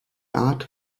art